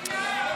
בשנאה.